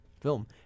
film